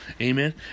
amen